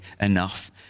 enough